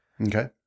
Okay